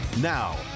Now